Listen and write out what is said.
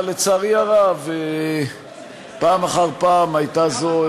אבל, לצערי הרב, פעם אחר פעם הייתה זו,